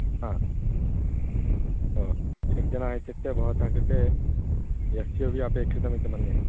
हा ओ षड् जनाः इत्युक्ते भवतः कृते एस् यु वि अपेक्षितमिति मन्ये